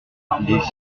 rouges